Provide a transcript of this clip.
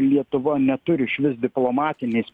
lietuva neturi išvis diplomatinės